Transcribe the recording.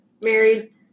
married